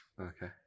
Okay